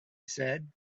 said